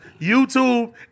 YouTube